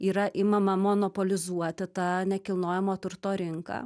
yra imama monopolizuoti tą nekilnojamo turto rinką